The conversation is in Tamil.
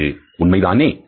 அது உண்மைதானே